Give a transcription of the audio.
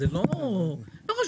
לא חשוב,